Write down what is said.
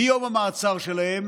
מיום המעצר שלהם